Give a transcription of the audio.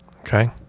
Okay